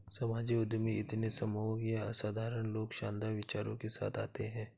सामाजिक उद्यमी इतने सम्मोहक ये असाधारण लोग शानदार विचारों के साथ आते है